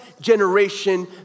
generation